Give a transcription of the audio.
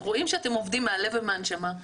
רואים שאתם עובדים מהלב ומהנשמה,